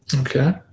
Okay